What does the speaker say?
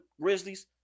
Grizzlies